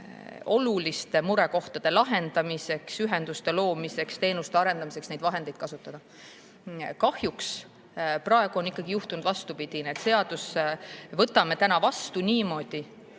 oluliste murekohtade lahendamiseks, ühenduste loomiseks, teenuste arendamiseks neid vahendeid kasutada. Kahjuks praegu on juhtunud vastupidine. Me võtame täna seaduse vastu niimoodi,